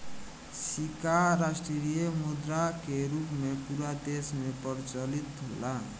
सिक्का राष्ट्रीय मुद्रा के रूप में पूरा देश में प्रचलित होला